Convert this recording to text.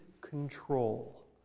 control